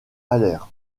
haller